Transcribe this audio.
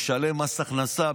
משלם מס הכנסה,